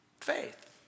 faith